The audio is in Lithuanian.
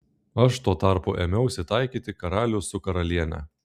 aš tuo tarpu ėmiausi taikyti karalių su karaliene